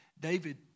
David